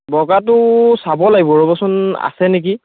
বগাটো চাব লাগিব ৰ'বচোন আছে নেকি